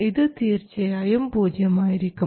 ഇത് തീർച്ചയായും പൂജ്യമായിരിക്കും